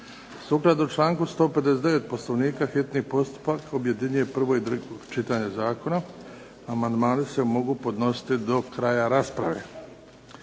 Sukladno članku 159. Poslovnika hitni postupak objedinjuje prvo i drugo čitanje zakona, amandmani se mogu podnositi do kraja rasprave.